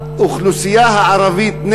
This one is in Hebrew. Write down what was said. האוכלוסייה הערבית,